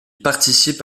participe